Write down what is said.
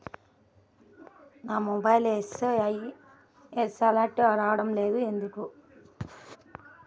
నా మొబైల్కు SMS alerts రావడం లేదు ఎందుకు?